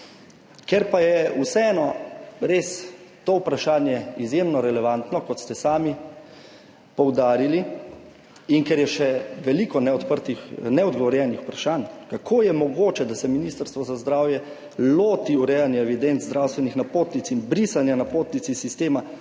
Ker pa je vseeno to vprašanje res izjemno relevantno, kot ste sami poudarili, in ker je še veliko neodgovorjenih vprašanj, kako je mogoče, da se Ministrstvo za zdravje loti urejanja evidenc zdravstvenih napotnic in brisanja napotnic iz sistema,